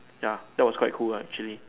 ya that was quite cool lah actually